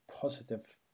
positive